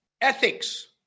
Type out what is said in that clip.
ethics